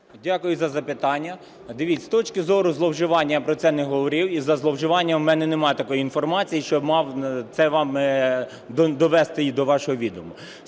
Дякую за запитання. Дивіться, з точки зору зловживань, я про це не говорив, і за зловживання в мене немає такої інформації, щоб мав це вам довести до вашого відома.